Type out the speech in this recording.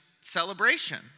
celebration